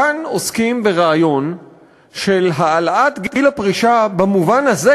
כאן עוסקים ברעיון של העלאת גיל הפרישה במובן הזה